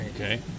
Okay